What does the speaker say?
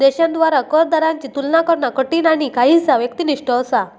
देशांद्वारा कर दरांची तुलना करणा कठीण आणि काहीसा व्यक्तिनिष्ठ असा